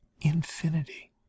infinity